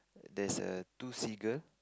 there's a two seagull